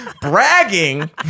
bragging